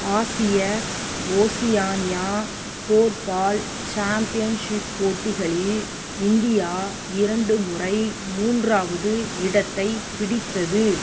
ஆசிய Oceania korfball championship போட்டிகளில் India இரண்டு முறை மூன்றாவது இடத்தைப் பிடித்தது